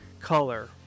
color